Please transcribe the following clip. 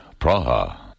Praha